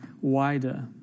wider